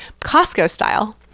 Costco-style